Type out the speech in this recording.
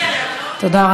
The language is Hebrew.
תודה.